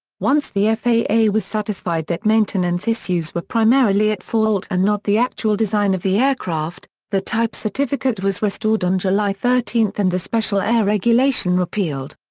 once the faa was satisfied that maintenance issues were primarily at fault and not the actual design of the aircraft, the type certificate was restored on july thirteen and the special air regulation repealed.